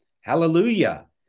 Hallelujah